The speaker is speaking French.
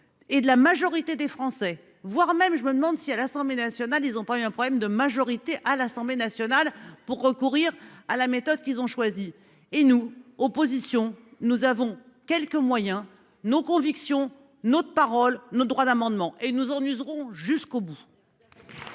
Et de la majorité des Français, voire même je me demande si à l'Assemblée nationale. Ils ont pas eu un problème de majorité à l'Assemblée nationale pour recourir à la méthode qu'ils ont choisi. Et nous, opposition. Nous avons quelques moyens, nos convictions, notre parole notre droit d'amendement et nous on useront jusqu'au bout.